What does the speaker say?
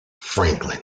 franklin